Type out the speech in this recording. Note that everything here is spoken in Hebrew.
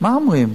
מה אומרים?